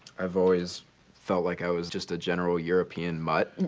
i've always felt like i was just a general european mutt.